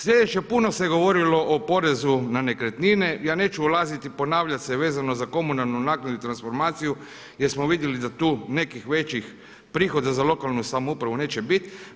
Sljedeće, puno se govorilo o porezu na nekretnine, ja neću ulaziti i ponavljati se vezano za komunalnu naknadu i transformaciju jer smo vidjeli da tu nekih većih prihoda za lokalnu samoupravu neće biti.